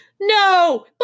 No